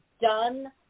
done